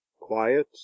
quiet